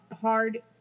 hard